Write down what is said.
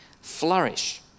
flourish